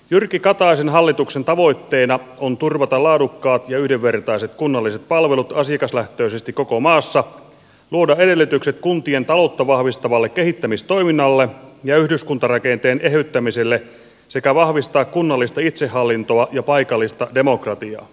jyrki kataisen hallituksen tavoitteena on turvata laadukkaat ja yhdenvertaiset kunnalliset palvelut asiakaslähtöisesti koko maassa luoda edellytykset kuntien taloutta vahvistavalle kehittämistoiminnalle ja yhdyskuntarakenteen eheyttämiselle sekä vahvistaa kunnallista itsehallintoa ja paikallista demokratiaa